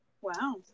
Wow